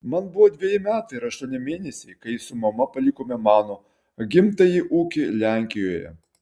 man buvo dveji metai ir aštuoni mėnesiai kai su mama palikome mano gimtąjį ūkį lenkijoje